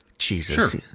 Jesus